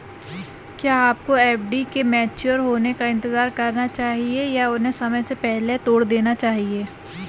क्या आपको एफ.डी के मैच्योर होने का इंतज़ार करना चाहिए या उन्हें समय से पहले तोड़ देना चाहिए?